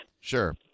Sure